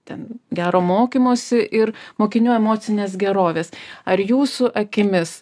ten gero mokymosi ir mokinių emocinės gerovės ar jūsų akimis